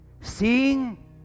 seeing